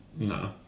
no